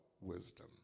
wisdom